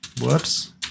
whoops